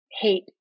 hate